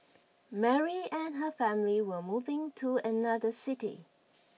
Mary and her family were moving to another city